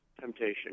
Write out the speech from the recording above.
temptation